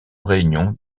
réunion